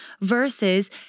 versus